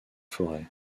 forêt